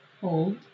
Hold